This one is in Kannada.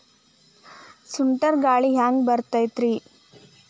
ಸುಂಟರ್ ಗಾಳಿ ಹ್ಯಾಂಗ್ ಬರ್ತೈತ್ರಿ?